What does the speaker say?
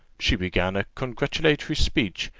she began a congratulatory speech,